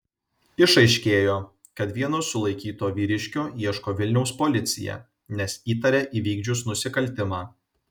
išaiškėjo kad vieno sulaikyto vyriškio ieško vilniaus policija nes įtaria įvykdžius nusikaltimą